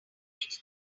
editor